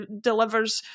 delivers